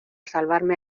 salvarme